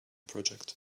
project